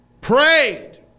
Prayed